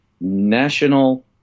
national